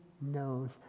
knows